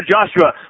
Joshua